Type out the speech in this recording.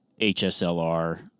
HSLR